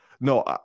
No